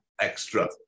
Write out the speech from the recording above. extra